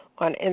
On